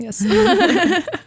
Yes